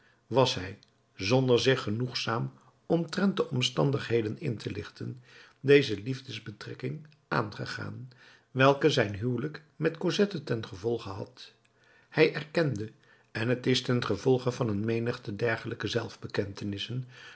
was hij zonder zich genoegzaam omtrent de omstandigheden in te lichten deze liefdesbetrekking aangegaan welke zijn huwelijk met cosette ten gevolge had hij erkende en t is ten gevolge van een menigte dergelijke